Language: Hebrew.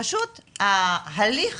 פשוט ההליך